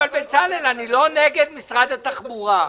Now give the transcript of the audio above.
בצלאל, אני לא נגד משרד התחבורה.